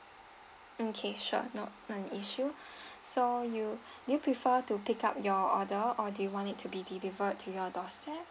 okay sure not an issue so you do you prefer to pick up your order or do you want it to be delivered to your doorstep